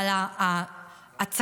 לא תכננתי להביא את עצמי בכלל,